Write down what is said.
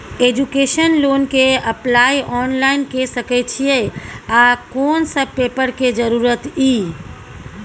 Education loan के apply online के सके छिए आ कोन सब पेपर के जरूरत इ?